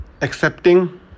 accepting